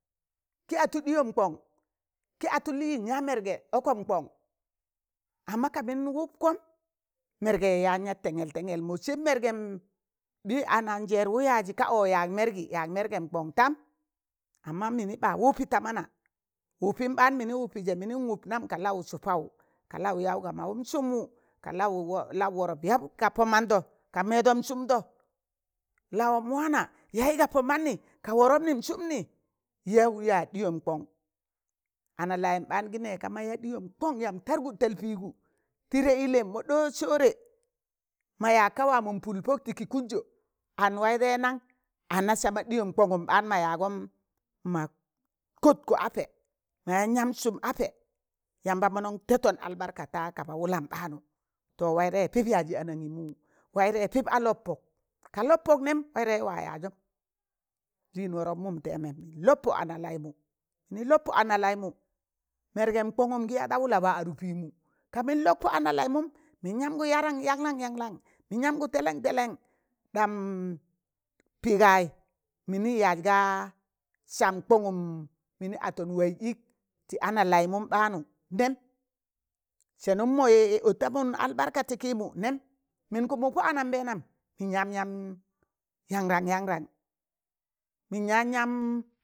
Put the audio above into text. Kị atụ ɗịyọm kọng, kị atụ lịịn ya mẹrgẹ ọkọm kọng, amma ka mịn wụpkọm mẹrgị yaan yat tẹngẹl tẹng̣el mọ sẹb mẹrgẹm bị anajẹẹrwụ yaazị ka ọ yaag mẹrgị yaag mẹrgẹm kọng tam, amma mịnị ɓa wụpị da mana wụpịn ɓaan mịnị wụpi ̣ze,̣ mịnịn wụp nam ka laụ sụpawụ ka laụ yaụ ya ga mawụm sụmwụ, ka laụ wọrap ya ga pọ mọndọ ka mẹẹdọm sụmdo lawọm waana yaị ga pọ manị ka wọrọpnịn sụmnị yaan yaaz ɗịyọm kọng ana laiyịm ɓaan kịnẹ ka ma ya ɗịyom kọn yam targụt tal pịịgụ tịdẹ ịllẹ mọ ɗọọn sọọrẹ ma yaag ka wa mọ pụlpọk tịkị kụnzọ, an waị taịzẹnan? ana sama ɗịyọm kongụm ɓaan ma yaagọm ma kọtkọ apẹ ma yaan yak sụm apẹ yamba mọnọm tẹtọn albarka ta kaba wụlam ɓaanụ to waịtaịzẹ pịp yaazị anaginmụ, waịtaịzẹ pịp a lob pọk, ka lob pọk nẹm waịtaịzẹ wa yaajom, lịịn wọrọpmụm tẹẹmẹ lọbpọ ana laị mụ, mịnị lọb pọ ana laịmụ mẹrgẹm kọngụm kịya da wụla wa adụk pịịmụ, ka mịn lọk pọ ana laị mụm mịn yamgụ yaran yanlan yanlan, mịn yamgụ tẹlẹn tẹlẹn ɗam pị gayị mịnị yaz gaa sam kọngụm, mịnị a tọm waiẓ ịk tị ana laịmụ ɓaanụ nẹm sẹnụm mọ atamụm albarkan ti kịmụ nem, mịn kụmụk pọ anambẹẹnan mịn yaan yaan yangran yangran, mịn yaan yam,